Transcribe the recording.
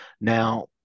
Now